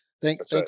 thanks